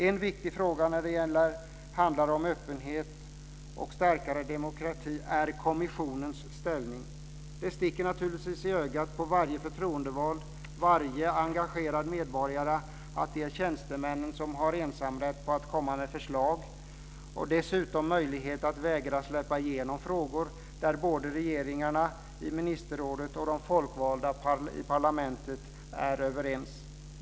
En viktig fråga när det gäller öppenheten och stärkandet av demokratin är frågan om kommissionens ställning. Det sticker naturligtvis i ögat på varje förtroendevald och på varje engagerad medborgare att tjänstemännen har ensamrätt när det gäller att komma med förslag och dessutom har möjlighet att vägra att släppa igenom frågor där både regeringarna i ministerrådet och de folkvalda i parlamentet är överens.